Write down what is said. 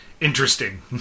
interesting